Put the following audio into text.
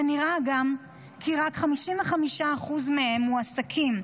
ונראה גם כי רק 55% מהם מועסקים,